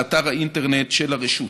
באתר האינטרנט של הרשות.